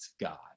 God